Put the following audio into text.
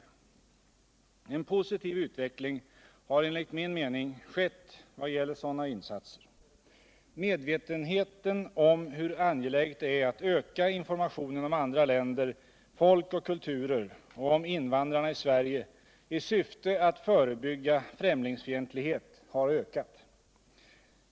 En positiv utveckling har enligt min mening skett i vad gäller sådana insatser. Medvetenheten om hur angeläget det är att öka informationen om andra länder, folk och kulturer och om invandrarna i Sverige i syfte att förebygga främlingsfientlighet har ökat.